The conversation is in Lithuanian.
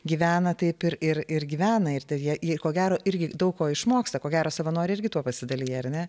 gyvena taip ir ir ir gyvena ir deja jie ko gero irgi daug ko išmoksta ko gero savanoriai irgi tuo pasidalija ar ne